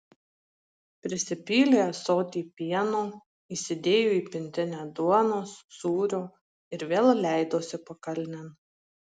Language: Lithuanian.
prisipylė ąsotį pieno įsidėjo į pintinę duonos sūrio ir vėl leidosi pakalnėn